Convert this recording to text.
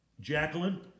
Jacqueline